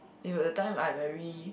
it was that time I very